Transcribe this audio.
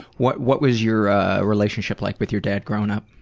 what what was your relationship like with your dad growing up?